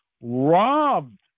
robbed